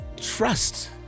trust